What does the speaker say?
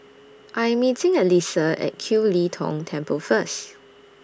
I'm meeting Elisa At Kiew Lee Tong Temple First